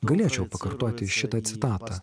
galėčiau pakartoti šitą citatą